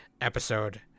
episode